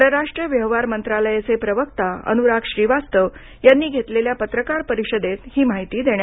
परराष्ट्र व्यवहार मंत्रालयाचे प्रवक्ता अनुराग श्रीवास्तव यांनी घेतलेल्या पत्रकार परिषदेत ही माहिती दिली